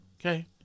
Okay